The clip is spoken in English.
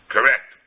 Correct